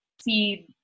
see